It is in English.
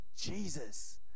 Jesus